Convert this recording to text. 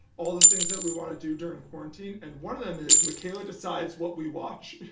all the things that we wanna do during quarantine and one of them is mikaela decides what we watch.